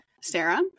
Sarah